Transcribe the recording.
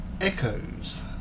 echoes